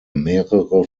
mehrere